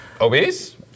Obese